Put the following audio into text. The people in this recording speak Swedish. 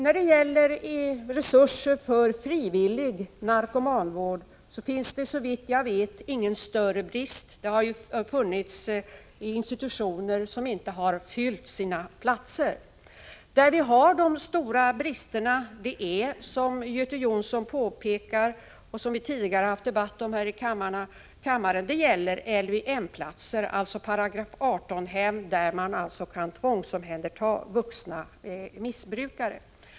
Beträffande resurser för frivillig narkomanvård finns det såvitt jag vet ingen större brist — det har ju funnits institutioner som inte fyllt sina platser. De stora bristerna gäller — som Göte Jonsson påpekar och som vi tidigare haft debatt om här i kammaren — LVM-platserna, alltså § 18-hem, där man kan tvångsomhänderta vuxna missbrukare.